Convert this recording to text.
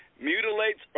mutilates